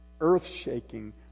earth-shaking